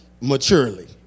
maturely